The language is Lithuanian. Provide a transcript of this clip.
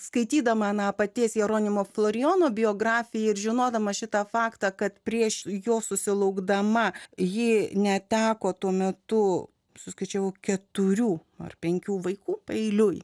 skaitydama aną paties jeronimo florijono biografiją ir žinodamas šitą faktą kad prieš jo susilaukdama ji neteko tuo metu suskaičiavau keturių ar penkių vaikų paeiliui